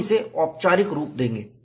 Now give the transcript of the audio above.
हम इसे औपचारिक रूप देंगे